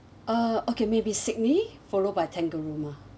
uh okay maybe sydney followed by tangalooma